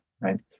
right